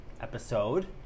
Episode